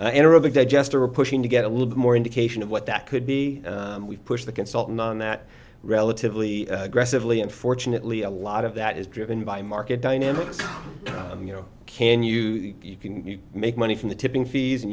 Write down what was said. reporting to get a little bit more indication of what that could be we've pushed the consultant on that relatively aggressively unfortunately a lot of that is driven by market dynamics you know can you you can make money from the tipping fees and